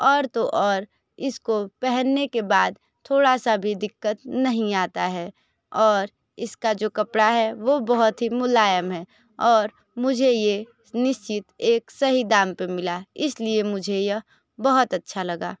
और तो और इसको पहनने के बाद थोड़ा सा भी दिक्कत नहीं आता है और इसका जो कपड़ा है वह बहुत ही मुलायम है और मुझे यह निश्चित एक सही दाम पर मिला इसलिए मुझे यह बहुत अच्छा लगा